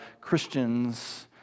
Christians